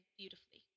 beautifully